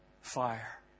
fire